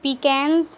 پیکینڈز